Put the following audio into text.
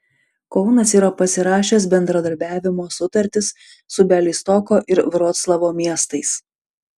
kaunas yra pasirašęs bendradarbiavimo sutartis su bialystoko ir vroclavo miestais